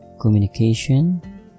communication